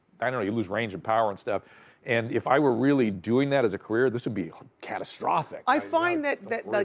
i don't know, you lose range and power and stuff and if i were really doing that as a career this would be catastrophic! i find that that